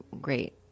great